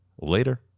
Later